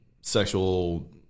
sexual